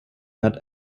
not